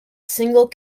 single